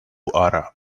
are